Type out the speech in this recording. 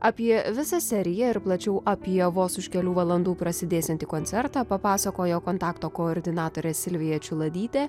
apie visą seriją ir plačiau apie vos už kelių valandų prasidėsiantį koncertą papasakojo kontakto koordinatorė silvija čiuladytė